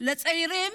לצעירים